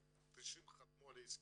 רק 90 חתמו על ההסכם.